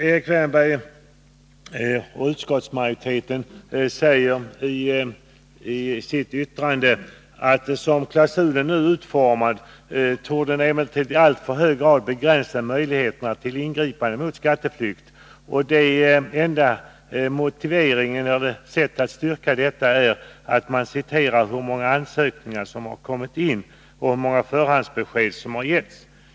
Erik Wärnberg och utskottsmajoriteten säger i sitt yttrande att klausulen som den nu är utformad torde i alltför hög grad begränsa möjligheterna till ingripande mot skatteflykt. Det enda sättet som man styrker detta på är att man anger hur många ansökningar som har kommit in och hur många förhandsbesked som har givits.